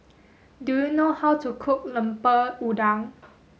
do you know how to cook Lemper Udang